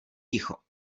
ticho